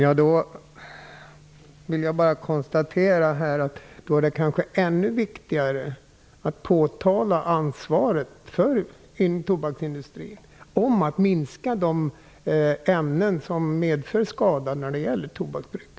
Fru talman! Med tanke på vad statsrådet nu säger är det kanske ännu viktigare att påtala tobaksindustrins ansvar för att minska de ämnen som medför skada när det gäller tobaksbruk.